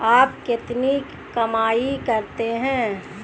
आप कितनी कमाई करते हैं?